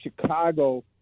Chicago